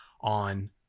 on